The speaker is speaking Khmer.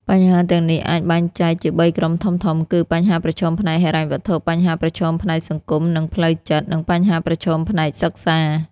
បញ្ហាទាំងនេះអាចបែងចែកជាបីក្រុមធំៗគឺ បញ្ហាប្រឈមផ្នែកហិរញ្ញវត្ថុ បញ្ហាប្រឈមផ្នែកសង្គម និងផ្លូវចិត្ត និងបញ្ហាប្រឈមផ្នែកសិក្សា។